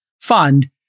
fund